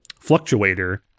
Fluctuator